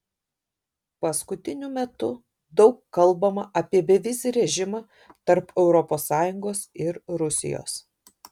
paskutiniu metu daug kalbama apie bevizį režimą tarp europos sąjungos ir rusijos